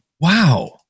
Wow